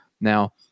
Now